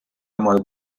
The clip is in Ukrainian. маю